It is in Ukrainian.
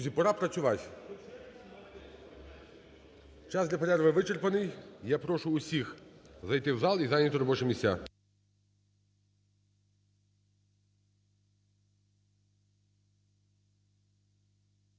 Друзі, пора працювати. Час для перерви вичерпаний, я прошу всіх зайти в зал і зайняти робочі місця.